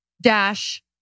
Dash